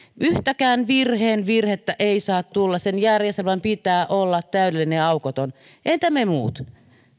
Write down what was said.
yhtäkään virheen virhettä ei saa tulla sen järjestelmän pitää olla täydellinen ja aukoton entä me muut